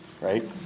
right